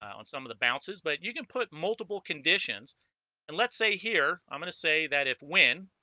on some of the bounces but you can put multiple conditions and let's say here i'm gonna say that if when